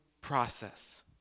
process